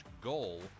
goal